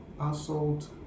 assault